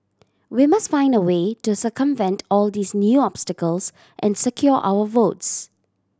we must find a way to circumvent all these new obstacles and secure our votes